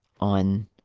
on